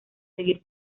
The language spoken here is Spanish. seguir